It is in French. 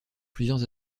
plusieurs